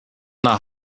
nach